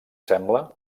sembla